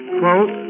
quote